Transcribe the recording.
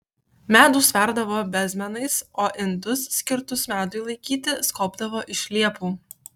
medų sverdavo bezmėnais o indus skirtus medui laikyti skobdavo iš liepų